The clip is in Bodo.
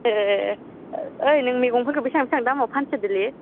ए ओइ नों मैगं फोरखौ बेसां बेसां दामाव फानसोदोंलै